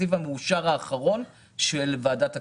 התקציב המאושר האחרון של ועדת הכספים,